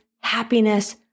happiness